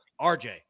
RJ